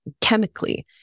chemically